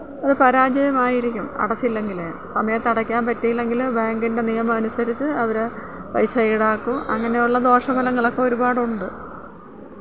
അത് പരാജയമായിരിക്കും അടച്ചില്ലെങ്കില് സമയത്ത് അടയ്ക്കാന് പറ്റിയില്ലെങ്കില് ബാങ്കിൻ്റെ നിയമമനുസരിച്ച് അവര് പൈസ ഈടാക്കും അങ്ങനെയുള്ള ദോഷഫലങ്ങളൊക്കെ ഒരുപാടുണ്ട്